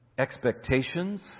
Expectations